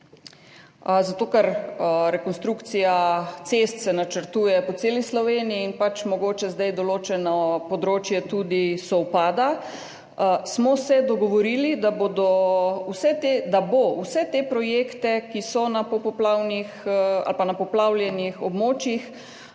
zato ker se rekonstrukcija cest načrtuje po celi Sloveniji in pač mogoče zdaj določeno področje tudi sovpada, smo se dogovorili, da bo vse te projekte, ki so na poplavnih ali